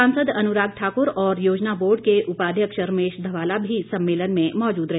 सांसद अनुराग ठाक्र और योजना बोर्ड के उपाध्यक्ष रमेश धवाला भी सम्मेलन में मौजूद रहे